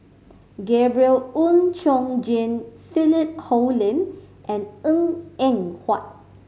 Gabriel Oon Chong Jin Philip Hoalim and Png Eng Huat